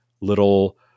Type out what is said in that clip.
little